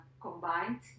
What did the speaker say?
combined